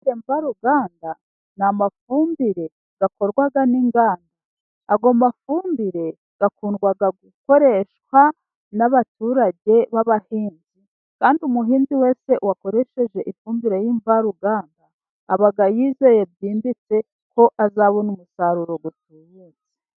Imvaruganda ni amafumbire akorwa n'inganda. Ayo mafumbire akundwa gukoreshwa n'abaturage b'abahinzi. Kandi umuhinzi wese wakoresheje ifumbire y'imvaruganda aba yizeye byimbitse ko azabona umusaruro utuyutse.